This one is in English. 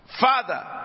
Father